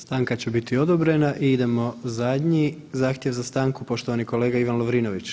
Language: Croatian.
Stanka će biti odobrena i idemo zadnji zahtjev za stanku, poštovani kolega Ivan Lovrinović.